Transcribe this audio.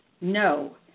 no